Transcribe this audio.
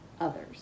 others